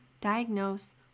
diagnose